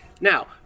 Now